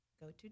go-to